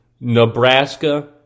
Nebraska